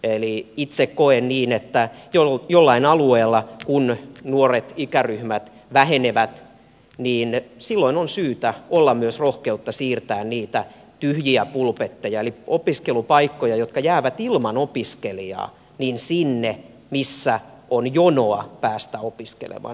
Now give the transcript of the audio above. eli itse koen niin että kun jollain alueella nuoret ikäryhmät vähenevät niin silloin on syytä olla myös rohkeutta siirtää niitä tyhjiä pulpetteja eli opiskelupaikkoja jotka jäävät ilman opiskelijaa sinne missä on jonoa päästä opiskelemaan